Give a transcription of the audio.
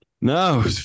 No